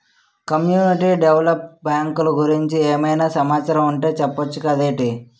community develop బ్యాంకులు గురించి ఏమైనా సమాచారం ఉంటె చెప్పొచ్చు కదేటి